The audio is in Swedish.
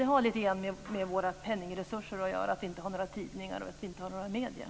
Det har med våra penningresurser att göra, att vi inte har några tidningar och medier.